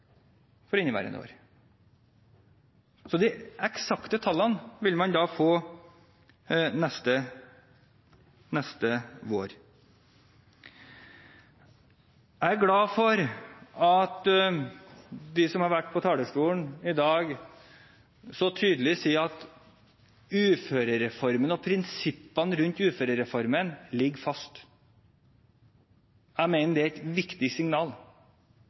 Jeg er glad for at de som har vært på talerstolen i dag, så tydelig sier at uførereformen og prinsippene rundt uførereformen ligger fast. Jeg mener det er et viktig signal,